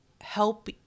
help